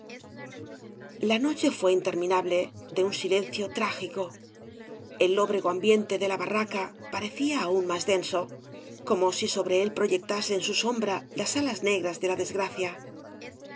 la noche fué interminable de un silencio trágico el lóbrego ambiente de la barraca parecía aún mág denso como si sobre él proyectasen su sombra las alas negras de la desgracia